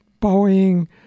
Boeing